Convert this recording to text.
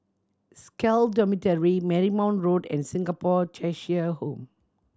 SCAL Dormitory Marymount Road and Singapore Cheshire Home